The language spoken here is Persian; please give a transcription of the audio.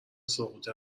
سقوط